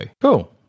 Cool